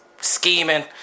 scheming